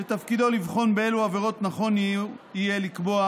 שתפקידו לבחון באילו עבירות נכון יהיה לקבוע